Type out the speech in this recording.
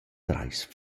trais